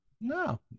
no